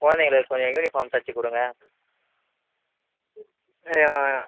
குழந்தைங்களுக்கு கொஞ்ச யூனிஃபார்ம் தைச்சிக் கொடுங்க ஆ